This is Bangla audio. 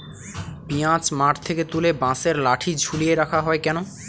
পিঁয়াজ মাঠ থেকে তুলে বাঁশের লাঠি ঝুলিয়ে রাখা হয় কেন?